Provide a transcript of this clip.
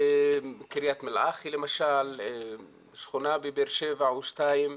קרית מלאכי למשל, שכונה בבאר שבע או שתיים,